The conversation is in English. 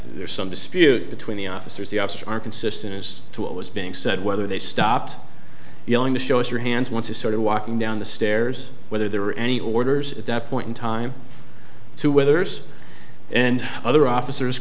there's some dispute between the officers the opposite are consistent as to what was being said whether they stopped yelling to show us your hands once you started walking down the stairs whether there were any orders at that point in time to whether there's and other officers